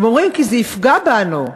הם אומרים: כי זה יפגע בנו.